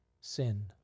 sin